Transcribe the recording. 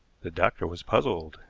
the doctor was puzzled.